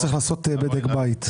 צריך לעשות בדק בית.